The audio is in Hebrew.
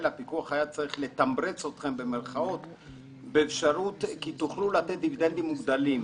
הפיקוח היה צריך "לתמרץ" אתכם כך שתוכלו לתת דיווידנדים מוגדלים.